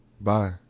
Bye